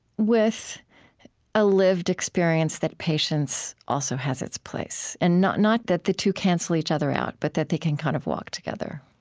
with a lived experience that patience also has its place. and not not that the two cancel each other out, but that they can kind of walk together